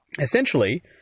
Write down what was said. Essentially